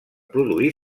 produir